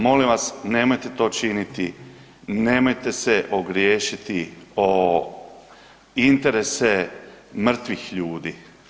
Molim vas nemojte to činiti, nemojte se ogriješiti o interese mrtvih ljudi.